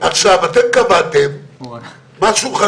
למעשה המנגנון החוקי של איך מוגשות התביעות ולמי הן מוגשות,